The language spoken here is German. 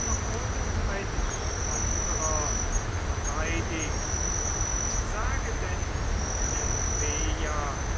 noch irgendein andrer verteidigt sage denn